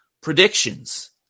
predictions